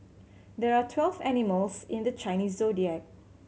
there are twelve animals in the Chinese Zodiac